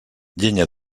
llenya